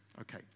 Okay